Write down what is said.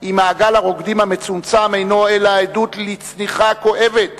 אם מעגל הרוקדים המצומצם אינו אלא עדות לצניחה כואבת